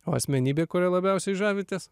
o asmenybė kuria labiausiai žavitės